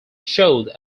showed